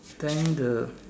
then the